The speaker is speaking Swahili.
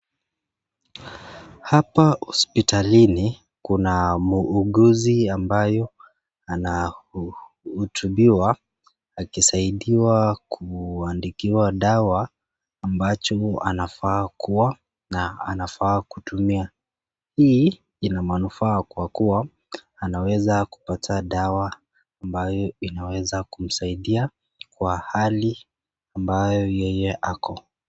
Hapa hospitalini kuna muuguzi ambayo anahutubiwa, akisaidiwa kuandikiwa dawa ambacho anafaa kuwa na anafaa kutumia. Hii ina manufaa kwa kuwa anaweza kupata dawa ambayo inaweza kumsaidia kwa hali ambayo yeye ako.